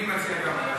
ועדת הכלכלה.